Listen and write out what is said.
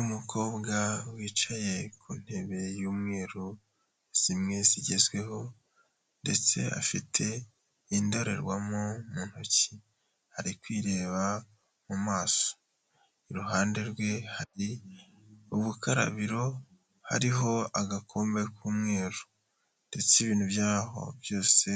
Umukobwa wicaye ku ntebe y'umweru, zimwe zigezweho ndetse afite indorerwamo mu ntoki, ari kwireba mu maso, iruhande rwe hari ubukarabiro hariho agakombe k'umweru ndetse ibintu byaho byose